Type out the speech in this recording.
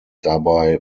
dabei